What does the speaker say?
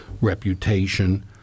reputation